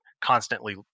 constantly